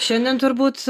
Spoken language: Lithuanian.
šiandien turbūt